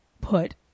put